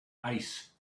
ice